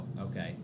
okay